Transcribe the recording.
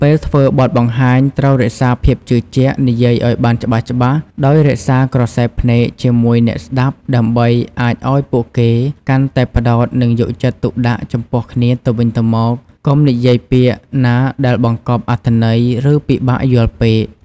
ពេលធ្វើបទបង្ហាញ ត្រូវរក្សាភាពជឿជាក់ និយាយឱ្យបានច្បាស់ៗ ដោយរក្សាក្រសែភ្នែកជាមួយអ្នកស្តាប់ដើម្បីអាចឱ្យពួកគេកាន់តែផ្តោត និងយកចិត្តទុកដាក់ចំពោះគ្នាទៅវិញទៅមក កុំនិយាយពាក្យណាដែលបង្កប់អត្ថន័យឬពិបាកយល់ពេក។